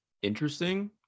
interesting